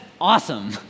awesome